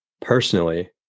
personally